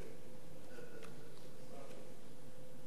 לסדר-היום.